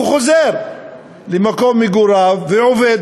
הוא חוזר למקום מגוריו ועובד,